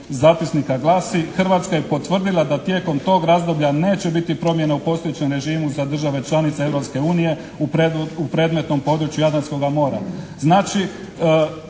zapisnika glasi: "Hrvatska je potvrdila da tijekom tog razdoblja neće biti promjena u postojećem režimu za države članice Europske unije u predmetnom području Jadranskoga mora.".